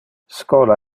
schola